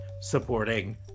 supporting